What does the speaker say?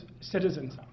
citizens